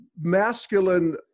masculine